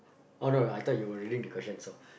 oh no I thought you were reading the question so